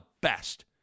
best